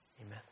Amen